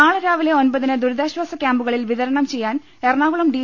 നാളെ രാവിലെ ഒൻപതിന് ദുരിതാശ്ചാസ കൃാമ്പുക ളിൽ വിതരണം ചെയ്യാൻ എറണാകുളം ഡി